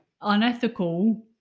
unethical